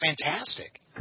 fantastic